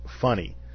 funny